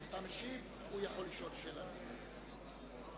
שאילתא מס' 6. ביום כ"ב באדר התשס"ט (18 במרס 2009):